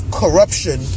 corruption